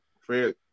Fred